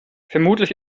vermutlich